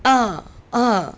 uh uh